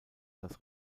das